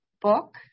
book